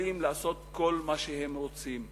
למתנחלים לעשות כל מה שהם רוצים.